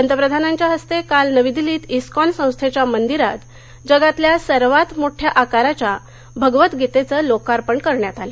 पंतप्रधानांच्या हस्ते काल नवी दिल्लीत इस्कॉन संस्थेच्या मंदिरात जगातल्या सर्वात मोठ्या आकाराच्या भगवत गीतेचं लोकार्पण करण्यात आलं